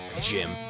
Jim